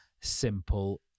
simple